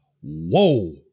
Whoa